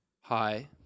Hi